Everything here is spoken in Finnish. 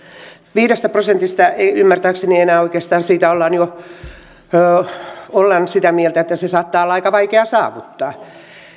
viidestä prosentista ymmärtääkseni oikeastaan ollaan jo sitä mieltä että sitä saattaa olla aika vaikea saavuttaa